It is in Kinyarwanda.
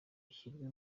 bishyirwe